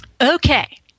Okay